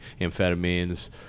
amphetamines